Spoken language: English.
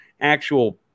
actual